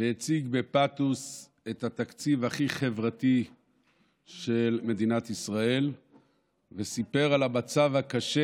הציג בפתוס את התקציב הכי חברתי של מדינת ישראל וסיפר על המצב הקשה